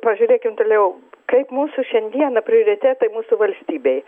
pažiūrėkim toliau kaip mūsų šiandieną prioritetai mūsų valstybei